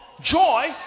joy